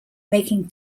making